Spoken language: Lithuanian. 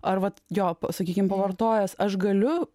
ar vat jo sakykim pavartojęs aš galiu